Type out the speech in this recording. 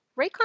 Raycon